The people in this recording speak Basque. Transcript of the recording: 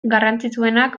garrantzitsuenak